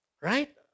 Right